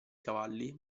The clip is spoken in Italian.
cavalli